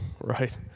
right